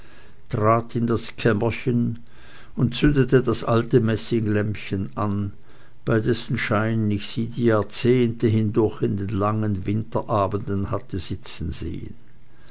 in das kämmerchen und zündete das alte messinglämpchen an bei dessen schein ich sie die jahrzehnte hindurch in den langen winterabenden hatte sitzen sehen